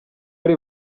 ari